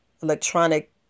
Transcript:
electronic